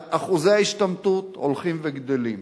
אחוזי ההשתמטות הולכים וגדלים,